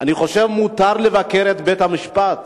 אני חושב שמותר לבקר את בית-המשפט,